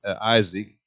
Isaac